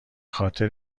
خاطر